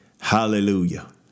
hallelujah